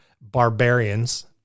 barbarians